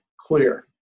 clear